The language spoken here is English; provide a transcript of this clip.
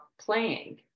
playing